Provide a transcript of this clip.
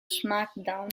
smackdown